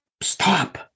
stop